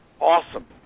awesome